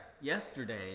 yesterday